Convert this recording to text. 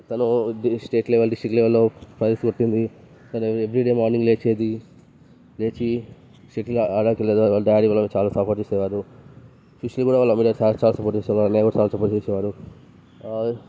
తను state level district లెవెల్లో prizes కొట్టింది తను ఎవ్రీ డే మార్నింగ్ లేచేది లేచి షటిల్ ఆడే వాళ్ల డాడీ వాళ్లకు చాలా సపోర్ట్ చేసేవారు సుశీల్నీ కూడా వాళ్ళు చాలా సపోర్ట్ చేసేవారు నేను కూడా చాలా సపోర్ట్ చేసేవారు